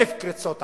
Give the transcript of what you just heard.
אלף קריצות עין: